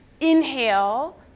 inhale